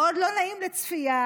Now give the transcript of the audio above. מאוד לא נעים לצפייה,